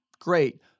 great